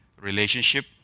relationship